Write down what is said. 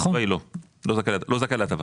נכון, התשובה היא לא, לא זכאי להטבה.